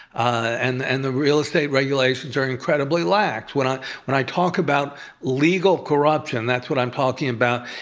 and the and the real estate regulations are incredibly lax. when i when i talk about legal corruption, that's what i'm talking about.